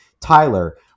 Tyler